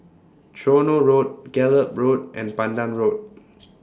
Tronoh Road Gallop Road and Pandan Road